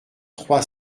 trois